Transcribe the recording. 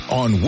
on